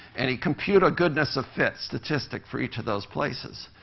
and he'd compute a goodness-of-fit statistic for each of those places.